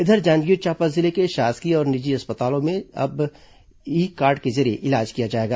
इधर जांजगीर चांपा जिले के शासकीय और निजी अस्पतालों में इलाज अब ई कार्ड के जरिए किया जाएगा